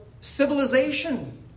civilization